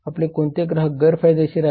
आपले कोणते ग्राहक गैर फायदेशीर आहेत